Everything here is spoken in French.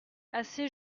assez